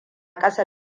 kasa